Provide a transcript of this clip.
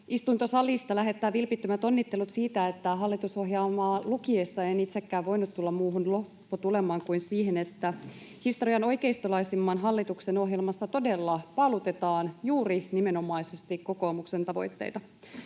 istuntosalista lähettää vilpittömät onnittelut siitä, että hallitusohjelmaa lukiessa en itsekään voinut tulla muuhun lopputulemaan kuin siihen, että historian oikeistolaisimman hallituksen ohjelmassa todella paalutetaan nimenomaisesti kokoomuksen tavoitteita.